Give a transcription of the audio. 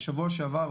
בשבוע שעבר,